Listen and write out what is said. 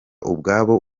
ubwabo